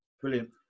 Brilliant